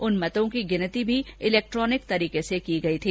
उन मतों की गिनती भी इलेक्ट्रानिक प्रणाली से की गई थी